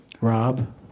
Rob